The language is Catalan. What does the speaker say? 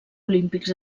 olímpics